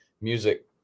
music